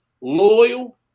loyal